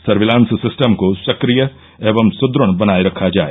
surveillance system को सक्रिय एवं सुदुढ़ बनाए रखा जाए